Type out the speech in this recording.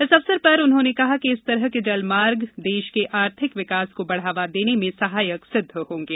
इस अवसर पर उन्होंने कहा कि इस तरह के जलमार्ग देश के आर्थिक विकास बढ़ावा देने में सहायक सिद्ध होंगें